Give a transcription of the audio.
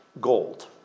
gold